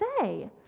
say